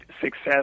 success